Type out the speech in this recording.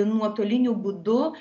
nuotoliniu būdu